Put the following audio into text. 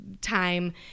time